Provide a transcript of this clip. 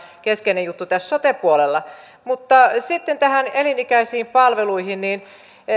keskeinen juttu tällä sote puolella mutta sitten näihin elinikäisiin palveluihin